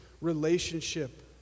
relationship